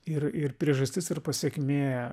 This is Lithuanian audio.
ir ir priežastis ir pasekmė